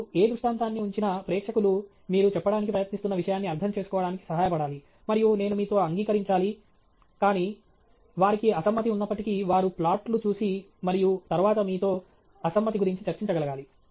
మీరు ఏ దృష్టాంతాన్ని ఉంచినా ప్రేక్షకులు మీరు చెప్పడానికి ప్రయత్నిస్తున్న విషయాన్ని అర్థం చేసుకోవడానికి సహాయపడాలి మరియు నేను మీతో అంగీకరించాలి కానీ వారికి అసమ్మతి ఉన్నప్పటికీ వారు ప్లాట్లు చూసి మరియు తరువాత మీతో అసమ్మతి గురించి చర్చించగలగాలి